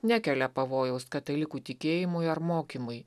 nekelia pavojaus katalikų tikėjimui ar mokymui